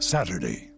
Saturday